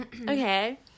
Okay